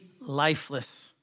lifeless